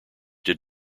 did